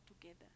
together